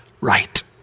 right